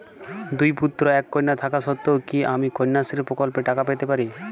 দুই পুত্র এক কন্যা থাকা সত্ত্বেও কি আমি কন্যাশ্রী প্রকল্পে টাকা পেতে পারি?